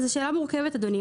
זו שאלה מורכבת, אדוני.